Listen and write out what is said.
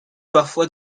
parfois